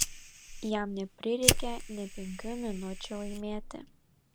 jam neprireikė nė penkių minučių laimėti